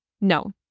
No